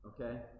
Okay